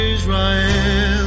Israel